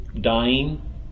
dying